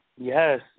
yes